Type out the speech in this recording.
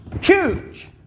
huge